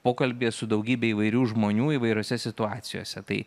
pokalbyje su daugybe įvairių žmonių įvairiose situacijose tai